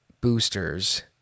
boosters